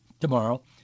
Tomorrow